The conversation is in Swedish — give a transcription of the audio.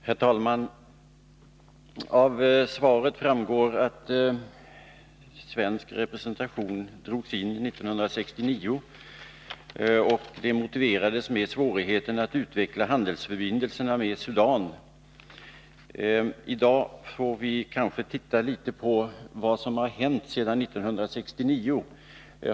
Herr talman! Av svaret framgår att svensk representation drogs in 1969 och att det motiverades med svårigheten att utveckla handelsförbindelserna med Sudan. I dag får vi kanske se litet på vad som har hänt sedan 1969.